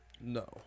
No